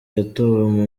yatowe